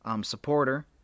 supporter